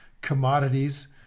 commodities